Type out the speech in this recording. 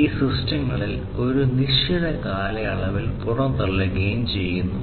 ഈ സിസ്റ്റങ്ങളിൽ ഒരു നിശ്ചിത കാലയളവിൽ പുറംതള്ളുകയും ചെയ്യും